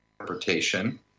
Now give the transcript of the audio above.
interpretation